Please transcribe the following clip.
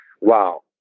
Wow